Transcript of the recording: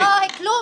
היא כלום.